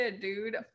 dude